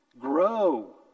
Grow